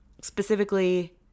Specifically